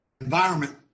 Environment